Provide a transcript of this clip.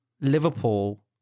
Liverpool